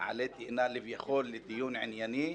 עלה תאנה לכביכול דיון ענייני,